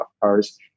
cars